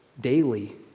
daily